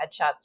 headshots